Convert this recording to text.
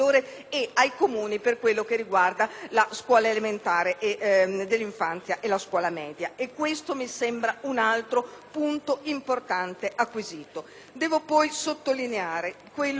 un altro punto importante acquisito. Devo poi sottolineare, in sintesi, il nostro giudizio sull'ampia discussione che c'è stata sul trasporto pubblico locale.